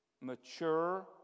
mature